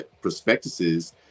prospectuses